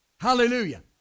Hallelujah